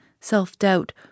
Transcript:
self-doubt